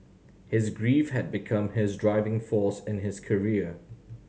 his grief had become his driving force in his career